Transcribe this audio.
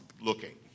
looking